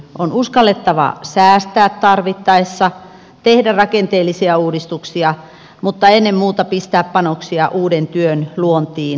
on uskallettava säästää tarvittaessa tehdä rakenteellisia uudistuksia mutta ennen muuta pistää panoksia uuden työn luontiin ja ajoissa